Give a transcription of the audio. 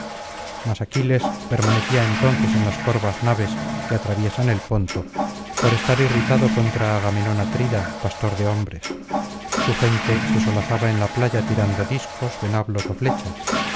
mas aquiles permanecía entonces en las corvas naves que atraviesan el ponto por estar irritado contra agamenón atrida pastor de hombres su gente se solazaba en la playa tirando discos venablos ó flechas